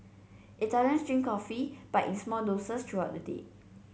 Italians drink coffee but in small doses throughout the day